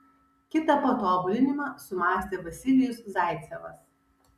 kitą patobulinimą sumąstė vasilijus zaicevas